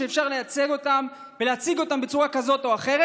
ולהציג אותם בצורה כזאת או אחרת.